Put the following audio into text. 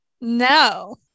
No